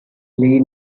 lee